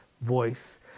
voice